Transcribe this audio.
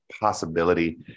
possibility